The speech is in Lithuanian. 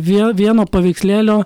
vėl vieno paveikslėlio